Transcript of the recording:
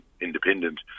independent